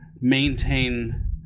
maintain